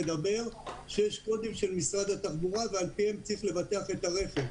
ויש קודים של משרד התחבורה ועל פיהם צריך לבטח את הרכב.